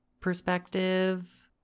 perspective